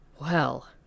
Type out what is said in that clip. Well